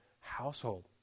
household